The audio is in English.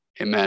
Amen